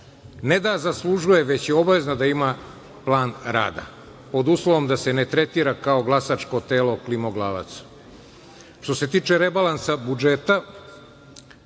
ne da zaslužuje, već je obaveza da ima plan rada pod uslovom da se ne tretira kao glasačko telo klimoglavaca. Što se tiče rebalansa budžeta…